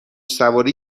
سواری